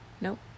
nope